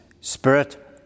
spirit